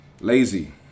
Lazy